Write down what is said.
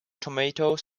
tomatoes